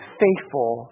faithful